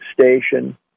station